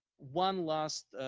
one last